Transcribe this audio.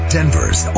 Denver's